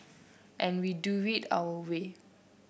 and we do it our way